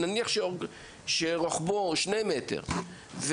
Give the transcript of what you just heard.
שרוחבו 2 מטר,